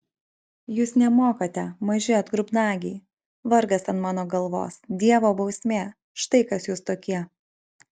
jūs nemokate maži atgrubnagiai vargas ant mano galvos dievo bausmė štai kas jūs tokie